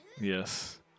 Yes